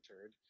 entered